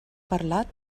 parlat